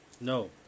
No